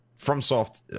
FromSoft